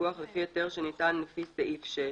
פיקוח על פי היתר שניתן לפי סעיף 6,